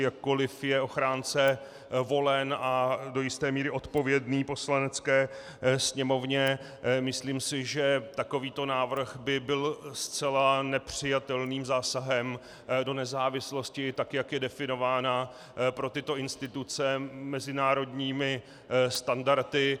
Jakkoli je ochránce volen a do jisté míry odpovědný Poslanecké sněmovně, myslím si, že takovýto návrh by byl zcela nepřijatelným zásahem do nezávislosti, tak jak je definována pro tyto instituce mezinárodními standardy.